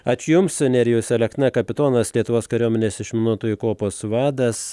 ačiū jums nerijus alekna kapitonas lietuvos kariuomenės išminuotojų kuopos vadas